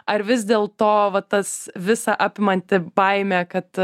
ar vis dėl to va tas visa apimanti baimė kad